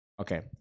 Okay